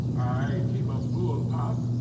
i keep a bull pup,